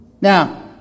Now